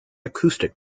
acoustic